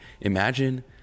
imagine